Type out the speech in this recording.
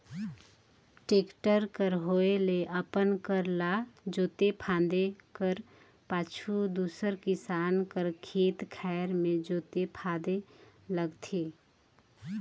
tractor कर होए ले अपन कर ल जोते फादे कर पाछू दूसर किसान कर खेत खाएर मे जोते फादे लगथे